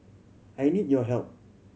I need your help